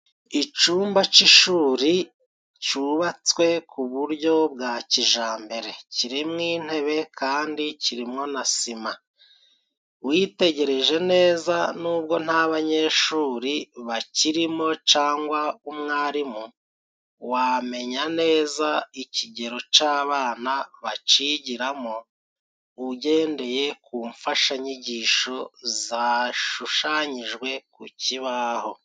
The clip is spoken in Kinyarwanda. icumba c'ishuri cubatswe ku buryo bwa kijambere. Kirimo intebe kandi kirimo na sima. Witegereje neza n'ubwo nta banyeshuri bakirimo cangwa umwarimu, wamenya neza ikigero c'abana bacigiramo ugendeye ku mfashanyigisho zashushanyijwe ku kibaho.